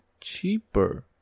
cheaper